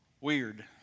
weird